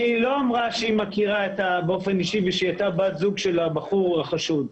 היא לא אמרה שהיא מכירה באופן אישי ושהיא הייתה בת זוגו של הבחור החשוד.